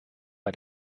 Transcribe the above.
bei